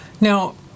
Now